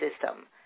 system